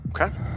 okay